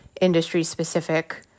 industry-specific